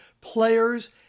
players